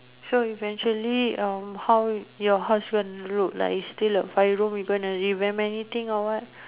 so eventually uh how would your house gonna look like it's still like a five room you gonna revamp anything or what